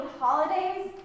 holidays